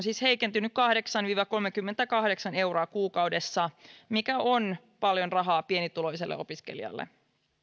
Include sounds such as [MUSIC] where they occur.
[UNINTELLIGIBLE] siis heikentynyt kahdeksan viiva kolmekymmentäkahdeksan euroa kuukaudessa mikä on paljon rahaa pienituloiselle opiskelijalle